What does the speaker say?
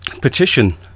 petition